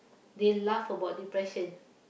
they laugh about depression